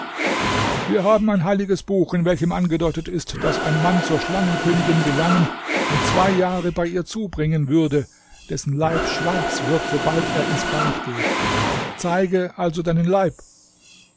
wir haben ein heiliges buch in welchem angedeutet ist daß ein mann zur schlangenkönigin gelangen und zwei jahre bei ihr zubringen würde dessen leib schwarz wird sobald er ins bad geht zeige also deinen leib